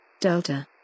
Delta